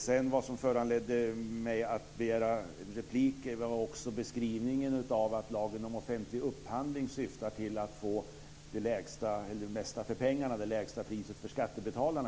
Vad som också föranledde mig att begära replik var beskrivningen av att lagen om offentlig upphandling syftar till att få det mesta för pengarna och det lägsta priset för skattebetalarna.